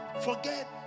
forget